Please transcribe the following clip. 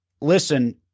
listen